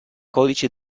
codice